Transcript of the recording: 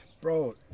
bro